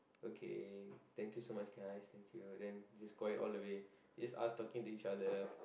okay thank you so much guys thank you then just call it all the way just us talking to each other